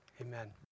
Amen